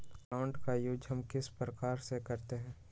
Plant का use हम किस प्रकार से करते हैं?